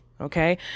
okay